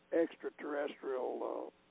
extraterrestrial